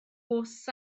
bws